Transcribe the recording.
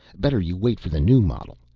better you wait for the new model.